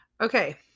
okay